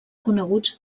coneguts